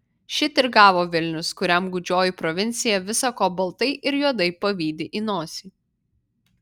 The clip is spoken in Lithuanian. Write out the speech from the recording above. šit ir gavo vilnius kuriam gūdžioji provincija visa ko baltai ir juodai pavydi į nosį